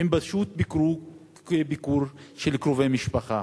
הם פשוט ביקרו ביקור של קרובי משפחה.